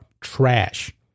trash